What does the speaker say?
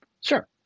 Sure